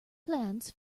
plans